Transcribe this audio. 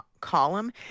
column